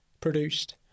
produced